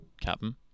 Captain